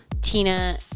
Tina